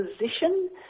position